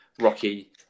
rocky